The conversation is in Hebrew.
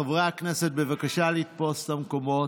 חברי הכנסת, בבקשה לתפוס את המקומות.